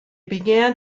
began